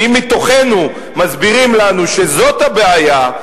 כי אם מתוכנו מסבירים לנו שזאת הבעיה,